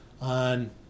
on